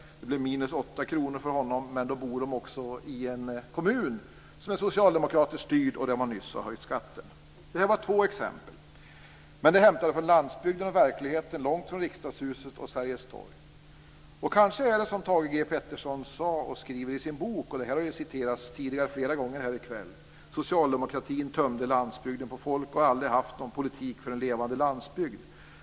Det blev minus 8 kr för honom. Men så bor de i en kommun som är socialdemokratiskt styrd och där man nyss har höjt skatten. Detta var två exempel. Men de var hämtade från landsbygden och verkligheten, långt från Riksdagshuset och Sergels Torg. Kanske är det ändock som Thage G Peterson sade och skrev i sin bok - det har citerats tidigare flera gånger i kväll: "Socialdemokratin tömde landsbygden på folk och har aldrig haft någon politik för en levande landsbygd".